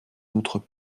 notre